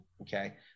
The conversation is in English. okay